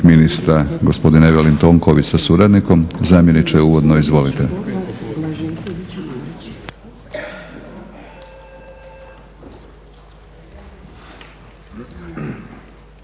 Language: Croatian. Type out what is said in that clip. ministra, gospodin Evelin Tonković sa suradnikom. Zamjeniče, uvodno, izvolite.